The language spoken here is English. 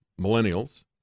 millennials